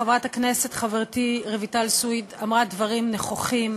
חברת הכנסת חברתי רויטל סויד אמרה דברים נכוחים,